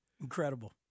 Incredible